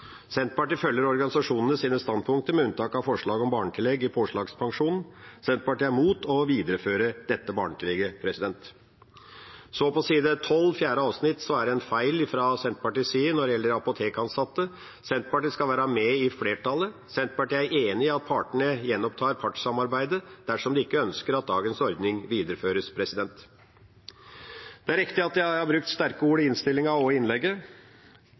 Senterpartiet følger organisasjonenes standpunkter med unntak av forslag om barnetillegg i påslagspensjonen. Senterpartiet er imot å videreføre dette barnetillegget. På side 12, fjerde avsnitt, er det en feil fra Senterpartiet når det gjelder apotekansatte. Senterpartiet skal være med i flertallet. Senterpartiet er enig i at partene gjenopptar partssamarbeidet dersom de ikke ønsker at dagens ordning videreføres. Det er riktig at jeg har brukt sterke ord i innstillinga og i innlegget.